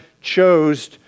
chose